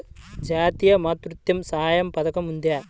జాతీయ మాతృత్వ సహాయ పథకం ఉందా?